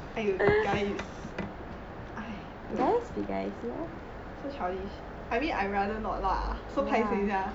!aiyo! guys so childish I mean I rather not lah so paiseh sia